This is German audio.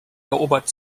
erobert